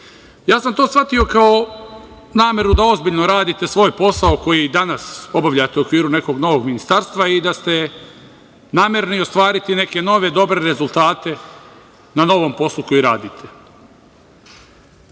Ja sam to shvatio kao nameru da ozbiljno radite svoj posao koji danas obavljate u okviru nekog novog ministarstva i da ste namerni ostvariti neke nove dobre rezultate na novom poslu koji radite.